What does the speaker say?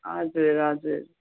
हजुर हजुर